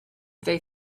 they